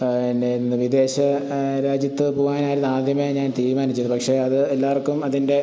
എന്നായിരുന്നു വിദേശ രാജ്യത്ത് പോകാനായിരുന്നു ആദ്യമേ ഞാൻ തീരുമാനിച്ചത് പക്ഷെ അത് എല്ലാവർക്കും അതിന്റെ